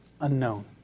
unknown